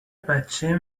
بچه